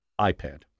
iPad